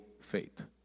faith